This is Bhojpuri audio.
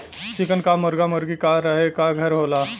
चिकन कॉप मुरगा मुरगी क रहे क घर होला